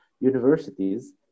universities